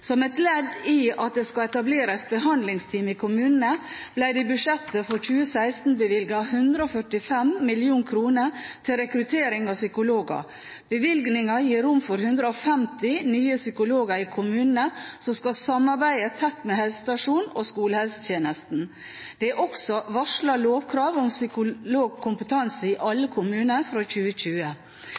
Som et ledd i at det skal etableres behandlingsteam i kommunene, ble det i budsjettet for 2016 bevilget 145 mill. kr til rekruttering av psykologer. Bevilgningen gir rom for 150 nye psykologer i kommunene, som skal samarbeide tett med helsestasjonen og skolehelsetjenesten. Det er også varslet lovkrav om psykologkompetanse i alle kommuner fra 2020.